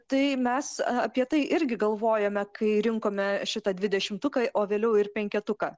tai mes apie tai irgi galvojome kai rinkome šitą dvidešimtuką o vėliau ir penketuką